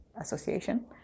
Association